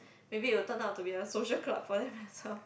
maybe it'll turn out to be a social club for them as well